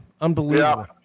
Unbelievable